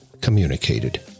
communicated